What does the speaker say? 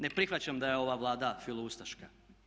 Ne prihvaćam da je ova Vlada filoustaška.